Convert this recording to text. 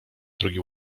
drogi